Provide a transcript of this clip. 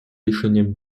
рішенням